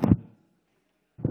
גדי יברקן, בבקשה, שלוש דקות.